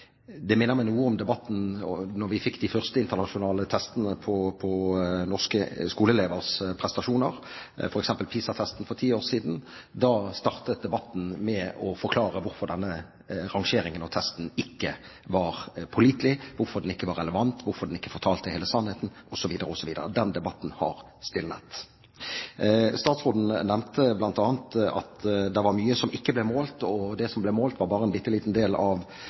det minner meg litt om debatten da vi fikk de første internasjonale testene på norske skoleelevers prestasjoner, f.eks. PISA-testen, for ti år siden. Da startet debatten med å forklare hvorfor denne rangeringen og testen ikke var pålitelig, hvorfor den ikke var relevant, hvorfor den ikke fortalte hele sannheten osv. Den debatten har stilnet. Statsråden nevnte bl.a. at det var mye som ikke ble målt, og at det som ble målt, bare var en bitte liten del av